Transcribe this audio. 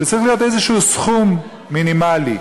שצריך להיות סכום מינימלי,